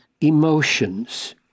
emotions